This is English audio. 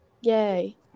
Yay